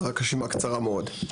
זה רק רשימה קצרה מאוד.